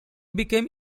became